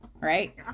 Right